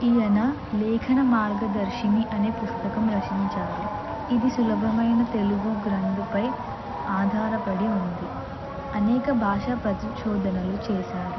ఈయన లేఖన మార్గదర్శిని అనే పుస్తకం రచించారు ఇది సులభమైన తెలుగు గ్రంథంపై ఆధారపడి ఉంది అనేక భాషా పరిశోధనలు చేశారు